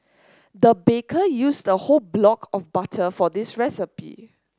the baker used a whole block of butter for this recipe